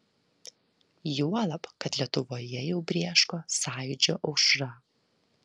juolab kad lietuvoje jau brėško sąjūdžio aušra